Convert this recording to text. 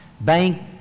bank